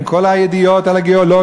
עם כל הידיעות על הגיאולוגיה,